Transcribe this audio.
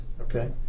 Okay